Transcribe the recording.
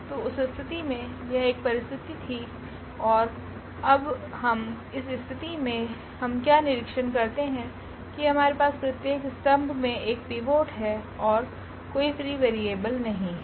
तो उस स्थिति में यह एक परीस्थिति थी और अब हम इस स्थितिमें हम क्या निरीक्षण करते हैं कि हमारे पास प्रत्येक स्तंभ में एक पिवोट है और कोई फ्री वेरिएबल नहीं है